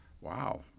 wow